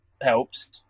helps